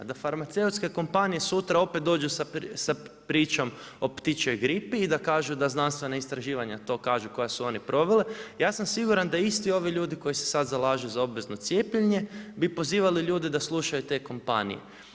Da farmaceutske kompanije sutra opet dođu sa pričom o ptičjoj gripi i da kažu da znanstvena istraživanja to kažu koja su oni provele, ja sam siguran da isti ovi ljudi koji se sad zalažu za obvezno cijepljenje, bi pozivali ljude da slušaju te kompanije.